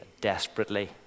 desperately